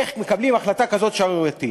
איך מקבלים החלטה כזאת שערורייתית?